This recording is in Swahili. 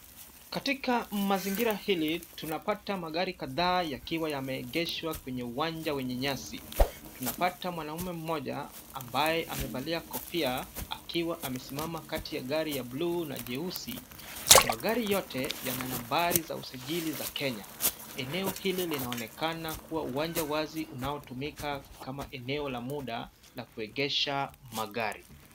Katika mazingira hili, tunapata magari kadhaa yakiwa yameegeshwa kwenye uwanja wenye nyasi. Tunapata mwanaume mmoja ambaye amevalia kofia akiwa amesimama kati ya gari ya bluu na jeusi. Magari yote yana nambari za usajili za Kenya. Eneo hili linaonekana kuwa uwanja wazi unaotumika kama eneo la muda la kuegesha magari.